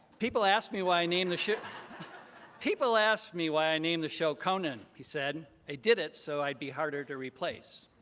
people asked me why i named the show people asked me why i named the show conan, he said. i did it so i'd be harder to replace.